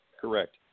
Correct